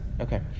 Okay